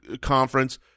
conference